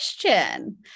question